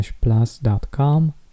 plus.com